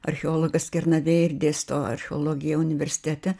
archeologas kernavėj ir dėsto archeologiją universitete